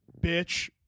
bitch